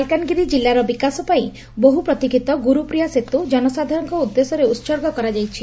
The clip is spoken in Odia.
ମାଲକାନଗିରି କିଲ୍ଲାର ବିକାଶପାଇଁ ବହୁ ପ୍ରତୀଷିତ ଗୁରୁପ୍ରିୟା ସେତୁ ଜନସାଧାରଣଙ୍କ ଉଦ୍ଦେଶ୍ୟରେ ଉସର୍ଗ କରାଯାଇଛି